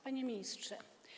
Panie Ministrze!